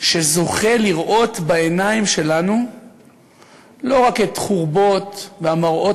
שזוכה לראות בעיניים שלו לא רק את החורבות והמראות